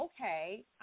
okay